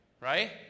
right